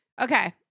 Okay